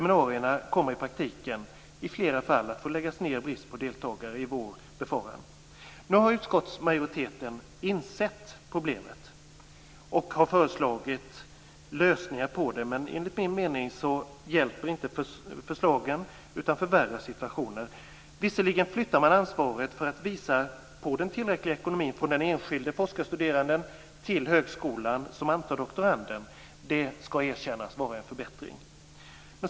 Jag befarar att seminarier i praktiken i flera fall kommer att få läggas ned i vår av brist på deltagare. Utskottsmajoriteten har nu insett problemet, och den har föreslagit lösningar på det, men enligt min mening hjälper inte dessa förslag utan förvärrar i stället situationen. Visserligen flyttar man över ansvaret för att visa på den tillräckliga ekonomin från den enskilde forskarstuderanden till högskolan som antar doktoranden, vilket skall erkännas är en förbättring.